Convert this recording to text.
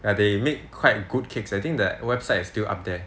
ya they make quite good cakes I think that website is still up there